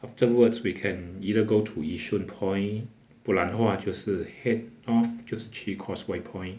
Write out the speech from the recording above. afterwards we can either go to yishun point 不然的话就是 head off 就是去 causeway point